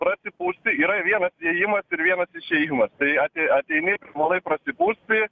prasipūsti yra vienas įėjimas ir vienas išėjimas tai ati ateini žmonai prasipūsti